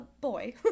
boy